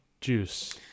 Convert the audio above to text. juice